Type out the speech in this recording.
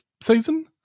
season